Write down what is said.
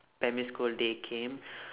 primary school they came